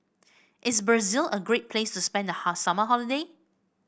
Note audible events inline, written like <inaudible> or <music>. is Brazil a great place to spend the <unintelligible> summer holiday